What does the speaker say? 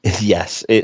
Yes